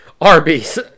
Arby's